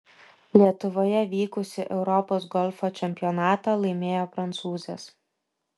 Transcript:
lietuvoje vykusį europos golfo čempionatą laimėjo prancūzės